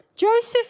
Joseph